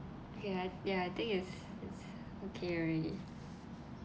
okay I ya I think it's okay already